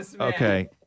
Okay